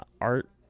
art